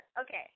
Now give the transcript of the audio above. Okay